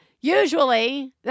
usually